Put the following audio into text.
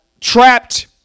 trapped